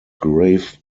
grave